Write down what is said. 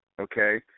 okay